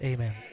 Amen